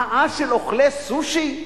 מחאה של אוכלי סושי?